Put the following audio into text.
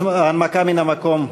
הנמקה מהמקום.